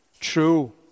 true